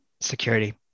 security